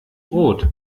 rot